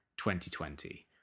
2020